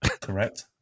correct